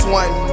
one